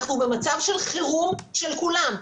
אנחנו במצב של חירום של כולם,